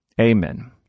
Amen